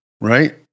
Right